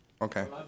Okay